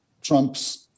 Trump's